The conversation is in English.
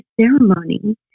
ceremony